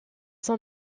son